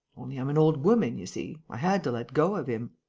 only, i'm an old woman you see. i had to let go of him.